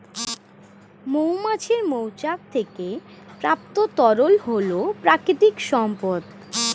মৌমাছির মৌচাক থেকে প্রাপ্ত তরল হল প্রাকৃতিক সম্পদ